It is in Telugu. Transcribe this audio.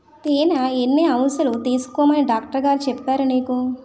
తేనె ఎన్ని ఔన్సులు తీసుకోమని డాక్టరుగారు చెప్పారు నీకు